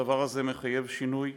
הדבר הזה מחייב שינוי,